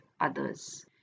others